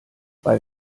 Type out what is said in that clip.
weil